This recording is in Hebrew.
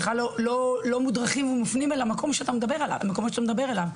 בכלל לא מודרכים ומופנים למקומות שאתה מדבר עליהם.